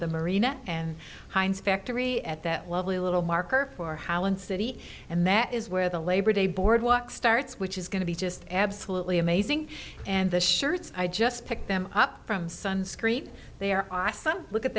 the marina and heinz factory at that lovely little marker for how in city and that is where the labor day boardwalk starts which is going to be just absolutely amazing and the shirts i just picked them up from sun screen they are awesome look at